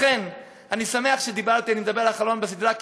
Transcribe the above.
ולכן אני שמח שאני מדבר אחרון בסדרה,